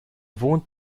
wohnt